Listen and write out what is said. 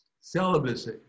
celibacy